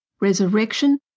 resurrection